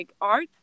art